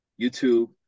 youtube